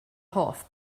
hoff